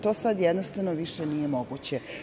To sad jednostavno više nije moguće.